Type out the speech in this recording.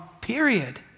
period